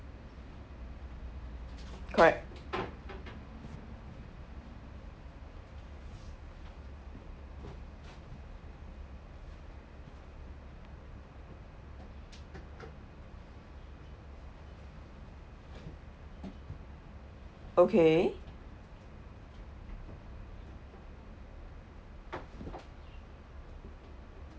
correct okay